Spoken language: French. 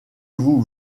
vous